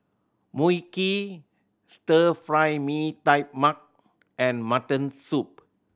Mui Kee Stir Fry Mee Tai Mak and mutton soup